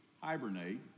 hibernate